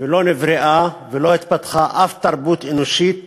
ולא נבראה ולא התפתחה אף תרבות אנושית